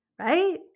Right